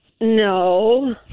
No